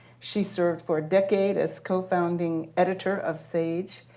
she served for a decade as co-founding editor of sage.